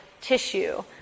tissue